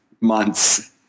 months